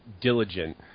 diligent